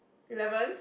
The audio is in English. eleven